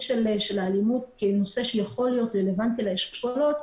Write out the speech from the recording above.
האלימות כנושא שיכול להיות רלוונטי לאשכולות,